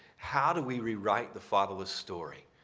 how do we rewrite the fatherless story?